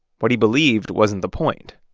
what he believed wasn't the point.